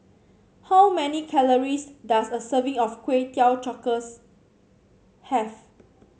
how many calories does a serving of Kway Teow Cockles have